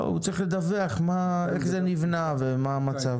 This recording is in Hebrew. לא, הוא צריך לדווח איך זה נבנה ומה המצב.